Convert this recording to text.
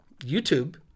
YouTube